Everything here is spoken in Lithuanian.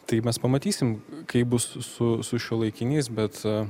tai mes pamatysim kaip bus su su šiuolaikiniais bet